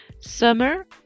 Summer